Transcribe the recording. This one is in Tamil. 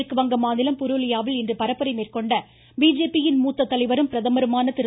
மேற்குவங்க மாநிலம் புருலியாவில் இன்று பரப்புரை மேற்கொண்ட பிஜேபி யின் மூத்த தலைவரும் பிரதமருமான திரு